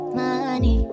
money